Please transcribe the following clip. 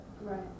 Right